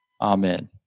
Amen